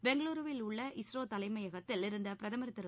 பெங்களுருவில் உள்ள இஸ்ரோ தலைமையகத்தில் இருந்த பிரதமர் திரு